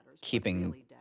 keeping